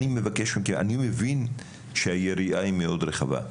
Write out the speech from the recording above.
אני מבין שהיריעה מאוד רחבה,